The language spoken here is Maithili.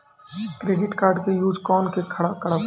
क्रेडिट कार्ड के यूज कोना के करबऽ?